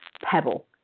pebble